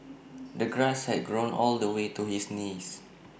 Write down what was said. the grass had grown all the way to his knees